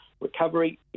recovery